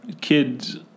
Kids